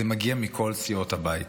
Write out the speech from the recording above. זה מגיע מכל סיעות הבית.